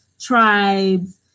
tribes